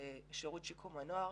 יחידת "נוצץ" ובאמצעות שירות שיקום הנוער